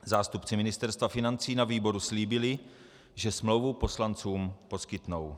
Zástupci Ministerstva financí na výboru slíbili, že smlouvu poslancům poskytnou.